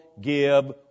give